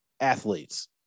athletes